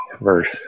verse